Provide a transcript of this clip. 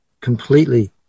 completely